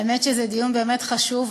האמת שזה דיון באמת חשוב,